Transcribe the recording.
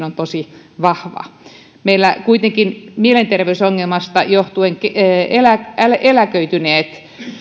on tosi jyrkkä meillä kuitenkin mielenterveysongelmasta johtuen eläköityneiden